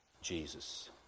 Jesus